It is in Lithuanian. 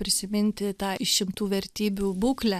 prisiminti tą išimtų vertybių būklę